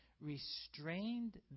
restrained